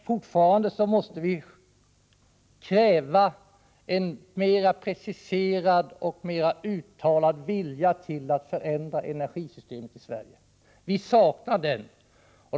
Fortfarande måste vi emellertid kräva en mera preciserad och mera uttalad vilja att förändra energisystemet i Sverige. Vi saknar denna vilja.